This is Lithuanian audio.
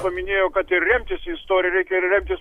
paminėjo kad ir remtis į istoriją reikia ir remtis